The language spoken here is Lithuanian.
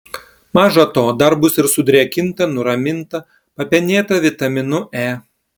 maža to dar bus ir sudrėkinta nuraminta papenėta vitaminu e